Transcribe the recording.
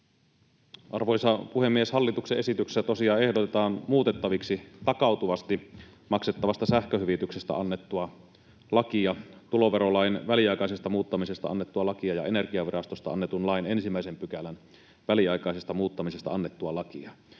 Arvoisa puhemies! Hallituksen esityksessä tosiaan ehdotetaan muutettaviksi takautuvasti maksettavasta sähköhyvityksestä annettua lakia, tuloverolain väliaikaisesta muuttamisesta annettua lakia ja Energiavirastosta annetun lain 1 §:n väliaikaisesta muuttamisesta annettua lakia.